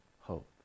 hope